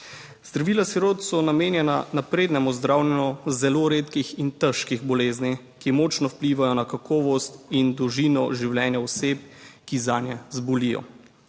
Zdravila sirot so namenjena naprednemu zdravljenju zelo redkih in težkih bolezni, ki močno vplivajo na kakovost in dolžino življenja oseb, ki zanje zbolijo.